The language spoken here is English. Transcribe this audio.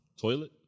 Toilet